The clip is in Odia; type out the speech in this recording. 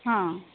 ହଁ